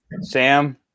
Sam